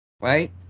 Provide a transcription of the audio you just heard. right